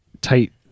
tight